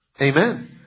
Amen